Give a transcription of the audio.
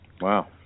Wow